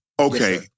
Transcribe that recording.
okay